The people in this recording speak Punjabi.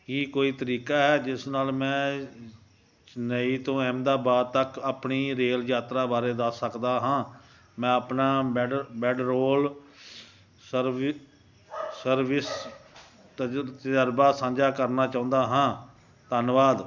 ਕੀ ਕੋਈ ਤਰੀਕਾ ਹੈ ਜਿਸ ਨਾਲ ਮੈਂ ਚੇਨਈ ਤੋਂ ਅਹਿਮਦਾਬਾਦ ਤੱਕ ਆਪਣੀ ਰੇਲ ਯਾਤਰਾ ਬਾਰੇ ਦੱਸ ਸਕਦਾ ਹਾਂ ਮੈਂ ਆਪਣਾ ਬੈਡ ਬੈਡਰੋਲ ਸਰਵੀ ਸਰਵਿਸ ਤਜੁ ਤਜਰਬਾ ਸਾਂਝਾ ਕਰਨਾ ਚਾਹੁੰਦਾ ਹਾਂ ਧੰਨਵਾਦ